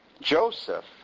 Joseph